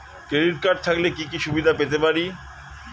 Credit card থাকলে কি কি সুবিধা পেতে পারি?